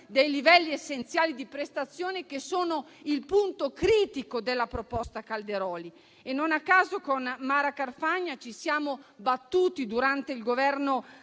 i livelli essenziali delle prestazioni, che sono il punto critico della proposta Calderoli. Non a caso, con Mara Carfagna ci siamo battute durante il Governo